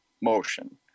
motion